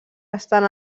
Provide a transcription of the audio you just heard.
estan